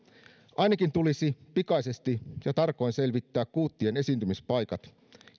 ainakin tulisi pikaisesti ja tarkoin selvittää kuuttien esiintymispaikat